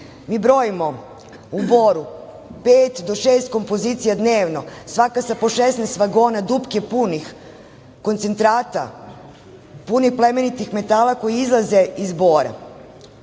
brojimo u Boru pet do šest kompozicija dnevno, svaka sa po 16 vagona dupke punih koncentrata, puni plemenitih metala koji izlaze iz Bora,